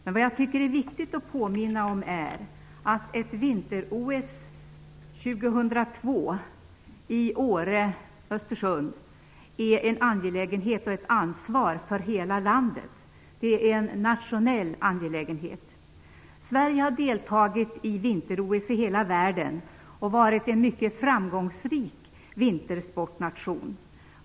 Det jag tycker är viktigt att påminna om är att ett vinter-OS 2002 i Åre/Östersund är en angelägenhet och ett ansvar för hela landet. Det är en nationell angelägenhet. Sverige har deltagit i vinter-OS i hela världen och varit en mycket framgångsrik vintersportnation.